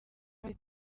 hari